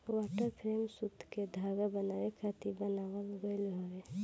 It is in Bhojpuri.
वाटर फ्रेम सूत के धागा बनावे खातिर बनावल गइल रहे